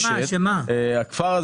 הכפר הזה